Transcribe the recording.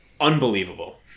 unbelievable